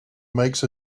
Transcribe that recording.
makes